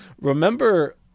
remember